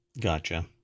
Gotcha